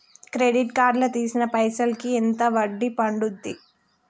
Credit card లా తీసిన పైసల్ కి ఎంత వడ్డీ పండుద్ధి?